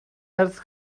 earth